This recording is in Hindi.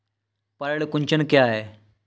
पर्ण कुंचन क्या है?